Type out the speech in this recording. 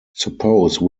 suppose